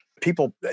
People